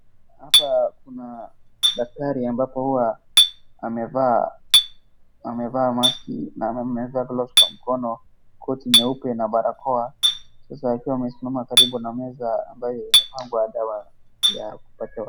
Hapa kuna daktari ambapo huwa amevaa mask na amevaa gloves kwa mkono, koti nyeupe na barakoa. Sasa akiwa amesimama karibu na meza ambapo imepangwa dawa ya kupata.